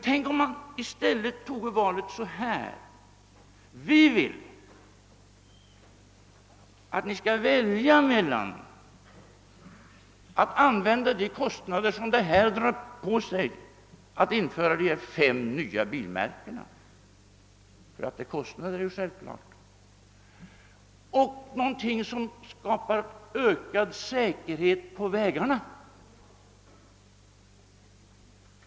Tänk om man i stället hade följande val: Vi vill att ni skall välja att använda pengarna — ty att det blir fråga om kostnader är självklart — mellan de fem nya bilmärkena och någonting som medför ökad säkerhet på vägarna.